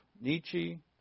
Nietzsche